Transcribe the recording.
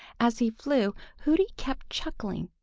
as he flew, hooty kept chuckling,